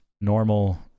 normal